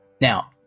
now